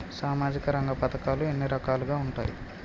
సామాజిక రంగ పథకాలు ఎన్ని రకాలుగా ఉంటాయి?